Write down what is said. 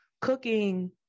cooking